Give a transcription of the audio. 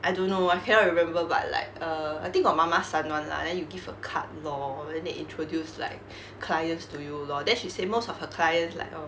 I don't know I cannot remember but like err I think like got mama-san [one] lah then you give a card lor then they introduce like clients to you lor then she said most of her clients like err